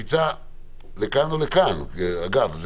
קפיצה לכאן או לכאן אגב,